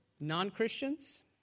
Non-Christians